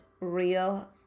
real